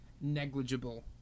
negligible